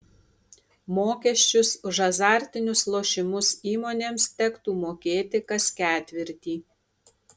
mokesčius už azartinius lošimus įmonėms tektų mokėti kas ketvirtį